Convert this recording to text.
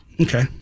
Okay